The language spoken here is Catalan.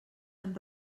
han